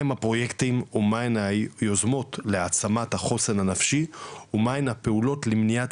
מהם הפרויקטים ומהן היוזמות להעצמת החוסן הנפשי ומהן הפעלות למניעת